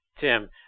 Tim